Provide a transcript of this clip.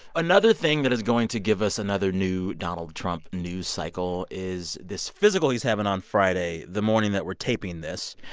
another thing that is going to give us another new donald trump news cycle is this physical he's having on friday, the morning that we're taping this.